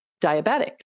diabetic